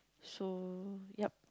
so ya